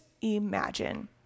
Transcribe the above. imagine